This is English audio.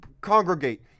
congregate